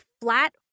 flat